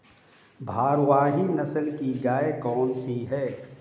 भारवाही नस्ल की गायें कौन सी हैं?